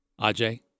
Ajay